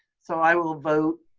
so i will vote,